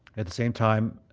at the same time